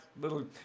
little